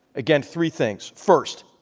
again, three things. first,